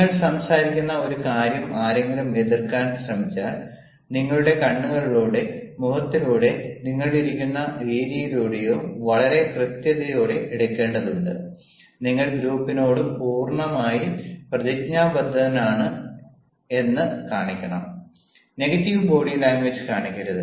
നിങ്ങൾ സംസാരിക്കുന്ന ഒരു കാര്യം ആരെങ്കിലും എതിർക്കാൻ ശ്രമിച്ചാൽ നിങ്ങളുടെ കണ്ണുകളിലൂടെ മുഖത്തിലൂടെ നിങ്ങൾ ഇരിക്കുന്ന രീതിയിലൂടെ വളരെ കൃത്യതയോടെ എടുക്കേണ്ടതുണ്ട് നിങ്ങൾ ഗ്രൂപ്പിനോട് പൂർണമായും പ്രതിജ്ഞാബദ്ധമാണ് ആണ് എന്ന് കാണിക്കണം നെഗറ്റീവ് ബോഡി ലാംഗ്വേജ് കാണിക്കരുത്